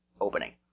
opening